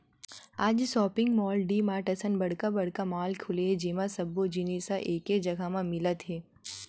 आज shopping mall, DMart असन बड़का बड़का मॉल खुले हे जेमा सब्बो जिनिस ह एके जघा म मिलत हे